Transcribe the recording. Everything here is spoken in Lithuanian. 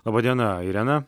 laba diena irena